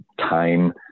time